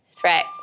Threat